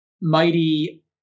mighty